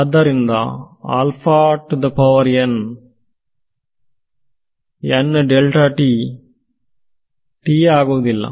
ಅದರಿಂದ ಆದ್ದರಿಂದ ಆಗುವುದಿಲ್ಲ